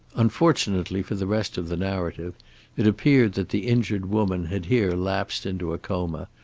unfortunately for the rest of the narrative it appeared that the injured woman had here lapsed into a coma,